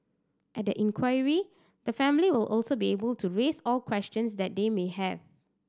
at the inquiry the family will also be able to raise all questions that they may have